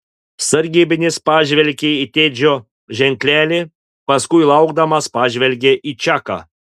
sargybinis pažvelgė į tedžio ženklelį paskui laukdamas pažvelgė į čaką